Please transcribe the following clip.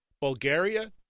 Bulgaria